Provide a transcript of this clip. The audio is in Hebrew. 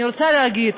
אני רוצה להגיד